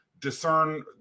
discern